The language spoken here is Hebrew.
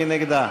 מי נגד?